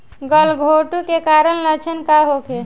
गलघोंटु के कारण लक्षण का होखे?